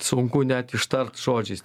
sunku net ištart žodžiais